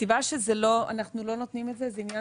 הסיבה שבגללה אנחנו לא נותנים את זה היא עניין